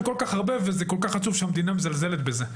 הספורט נותן כל כך הרבה וכל כך עצוב שהמדינה מזלזלת בזה.